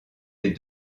les